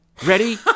Ready